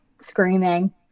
screaming